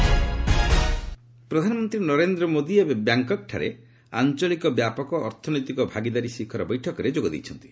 PM ASEAN ପ୍ରଧାନମନ୍ତ୍ରୀ ନରେନ୍ଦ୍ର ମୋଦୀ ଏବେ Bangkok ଠାରେ ଆଞ୍ଚଳିକ ବ୍ୟାପକ ଅର୍ଥନୈତିକ ଭାଗିଦାରୀ ଶିଖର ବୈଠକରେ ଯୋଗ ଦେଇଛନ୍ତି